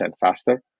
faster